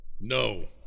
No